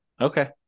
Okay